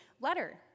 letter